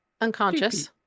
unconscious